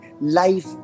life